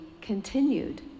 continued